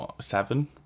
seven